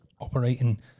operating